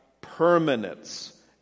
permanence